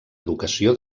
educació